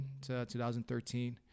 2013